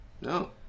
No